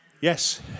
Yes